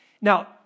Now